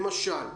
למשל,